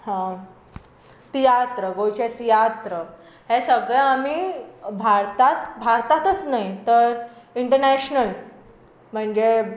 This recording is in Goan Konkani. तियात्र गोंयचे तियात्र हें सगळें आमी भारतांत भारताचोच न्हय तर इंटरनॅशनल म्हणजें